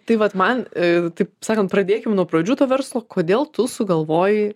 tai vat man taip sakant pradėkim nuo pradžių to verslo kodėl tu sugalvojai